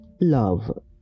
love